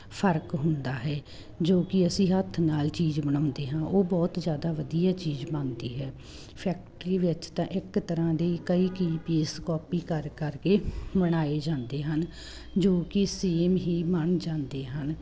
ਫਰਕ ਹੁੰਦਾ ਹੈ ਜੋ ਕਿ ਅਸੀਂ ਹੱਥ ਨਾਲ ਚੀਜ਼ ਬਣਾਉਂਦੇ ਹਾਂ ਉਹ ਬਹੁਤ ਜ਼ਿਆਦਾ ਵਧੀਆ ਚੀਜ਼ ਬਣਦੀ ਹੈ ਫੈਕਟਰੀ ਵਿੱਚ ਤਾਂ ਇੱਕ ਤਰ੍ਹਾਂ ਦੀ ਕਈ ਕੀ ਪੀਸ ਕਾਪੀ ਕਰ ਕਰਕੇ ਬਣਾਏ ਜਾਂਦੇ ਹਨ ਜੋ ਕਿ ਸੇਮ ਹੀ ਬਣ ਜਾਂਦੇ ਹਨ